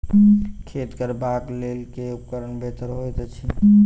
खेत कोरबाक लेल केँ उपकरण बेहतर होइत अछि?